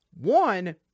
One